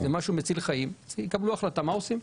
אם זה משהו מציל חיים, יקבלו החלטה מה עושים.